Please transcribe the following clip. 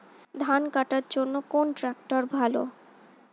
ধান কাটার জন্য কোন ট্রাক্টর ভালো?